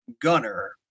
Gunner